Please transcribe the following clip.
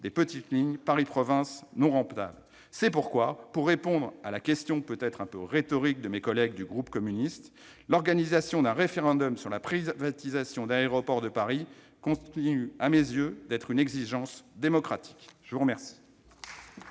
des petites lignes Paris-province non rentables. C'est pourquoi, pour répondre à la question peut-être un peu rhétorique de mes collègues du groupe CRCE, l'organisation d'un référendum sur la privatisation d'Aéroports de Paris continue à mes yeux d'être une exigence démocratique. La parole